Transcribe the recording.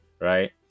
Right